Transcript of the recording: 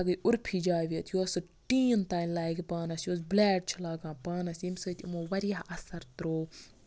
سۄ گٔے عرفی جاوید یۄسہٕ ٹیٖن تانۍ لاگہِ پانَس یۄسہٕ بٔلیڈ چھِ لاگان پانَس ییٚمہِ سۭتۍ یِمو واریاہ اَثر ترٛاوو